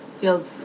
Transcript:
feels